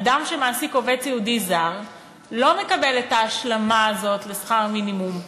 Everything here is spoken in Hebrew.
אדם שמעסיק עובד סיעודי זר לא מקבל את ההשלמה הזאת לשכר מינימום.